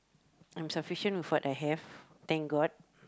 I'm sufficient with what I have thank god